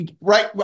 right